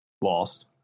lost